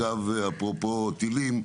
אפרופו טילים,